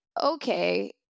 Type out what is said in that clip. Okay